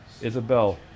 Isabel